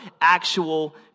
actual